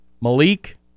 Malik